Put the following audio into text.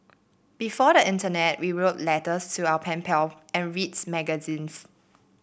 before the internet we wrote letters to our pen pal and reads magazines